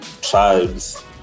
tribes